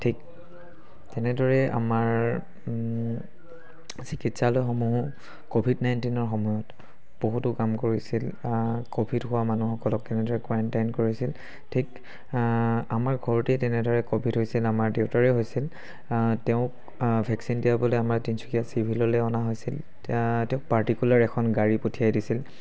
ঠিক তেনেদৰে আমাৰ চিকিৎসালয়সমূহো ক'ভিড নাইণ্টিনৰ সময়ত বহুতো কাম কৰিছিল ক'ভিড হোৱা মানুহসকলক কেনেদৰে কোৱাৰাইণ্টাইন কৰিছিল ঠিক আমাৰ ঘৰতে তেনেদৰে ক'ভিড হৈছিল আমাৰ দেউতাৰে হৈছিল তেওঁক ভেকচিন দিয়াবলৈ আমাৰ তিনিচুকীয়া চিভিললৈ অনা হৈছিল তেতিয়া তেওঁক পাৰ্টিকুলাৰ এখন গাড়ী পঠিয়াই দিছিল